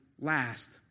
last